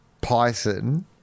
python